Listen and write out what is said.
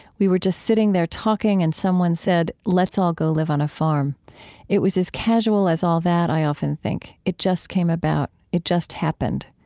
we were just sitting there talking and someone said, let's all go live on a farm it was as casual as all that, i often think. it just came about. it just happened.